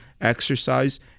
exercise